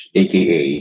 aka